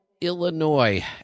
Illinois